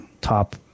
top